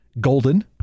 Golden